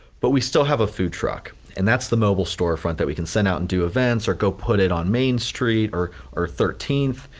but we still have a food truck. and that's the mobile store front that we can send out and do events or go put it on main street or or thirteenth